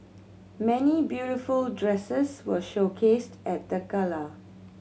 many beautiful dresses were showcased at the gala